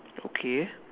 okay